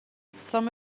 some